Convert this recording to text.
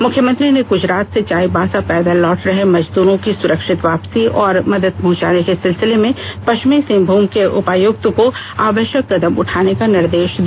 मुख्यमंत्री ने गृजरात से चाईबासा पैदल लौट रहे मजदूरों की सुरक्षित वापसी और मदद पहुंचाने के सिलसिले में पश्चिमी सिंहभूम के उपायुक्त को आवश्यक कदम उठाने का निर्देश दिया